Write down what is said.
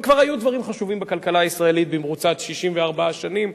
אבל כבר היו דברים חשובים בכלכלה הישראלית במרוצת 64 השנים.